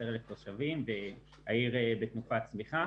בה 210,000 תושבים ועיר בתנופת צמיחה.